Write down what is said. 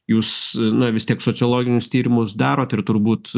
jūs na vis tiek sociologinius tyrimus darot ir turbūt